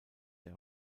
der